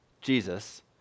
Jesus